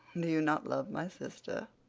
do you not love my sister?